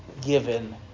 given